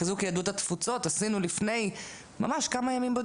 ליחידה לסחר בבני אדם ולמשרד הפנים,